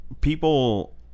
people